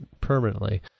permanently